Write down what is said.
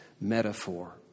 metaphor